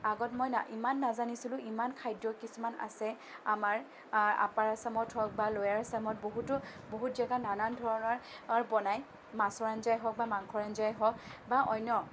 আগত মই ইমান নাজানিছিলোঁ ইমান খাদ্য কিছুমান আছে আমাৰ আপাৰ আচামত হওঁক বা ল'ৱাৰ আচামত বহুতো বহুত জাগাত নানান ধৰণৰ বনাই মাছৰ আঞ্জাই হওঁক বা মাংসৰ আঞ্জাই হওঁক বা অন্য